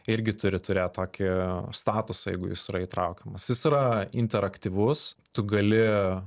irgi turi turėt tokį statusą jeigu jis yra įtraukiamas jis yra interaktyvus tu gali